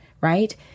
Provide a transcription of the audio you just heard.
right